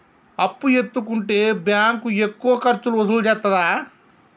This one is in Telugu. అప్పు ఎత్తుకుంటే బ్యాంకు ఎక్కువ ఖర్చులు వసూలు చేత్తదా?